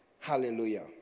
Hallelujah